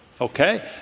Okay